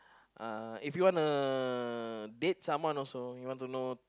uh if you wana date someone also you want to know